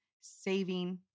saving